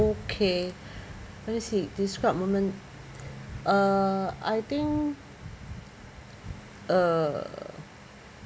okay let me see describe moment uh I think uh